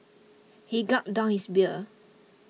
he gulped down his beer